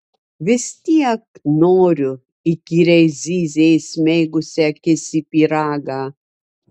vis tiek noriu įkyriai zyzė įsmeigusi akis į pyragą